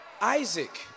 Isaac